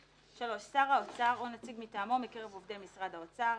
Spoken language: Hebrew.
(3) שר האוצר או נציג מטעמו מקרב עובדי משרד האוצר,